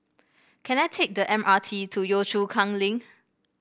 can I take the M R T to Yio Chu Kang Link